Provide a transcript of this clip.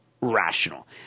rational